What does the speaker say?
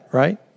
right